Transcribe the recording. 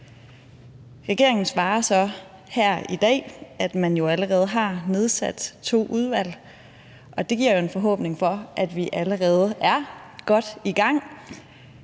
Regeringen svarer så her i dag, at man jo allerede har nedsat to udvalg. Det giver jo en forhåbning om, at vi allerede er godt i gang.